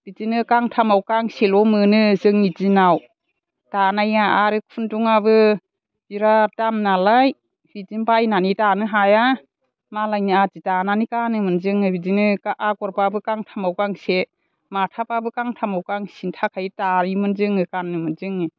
बिदिनो गांथामाव गांसेल' मोनो जोंनि दिनाव दानाया आरो खुन्दुङाबो बिराद दाम नालाय बिदिनो बायनानै दानो हाया मालायनि आदि दानानै गानोमोन जोङो बिदिनो आगरबाबो गांथामाव गांसे माथाबाबो गांथामाव गांसेनि थाखाय दायोमोन जोङो गानोमोन जोङो